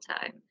time